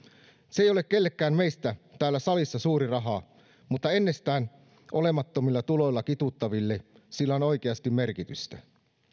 se ei ole kellekään meistä täällä salissa suuri raha mutta ennestään olemattomilla tuloilla kituuttaville sillä on oikeasti merkitystä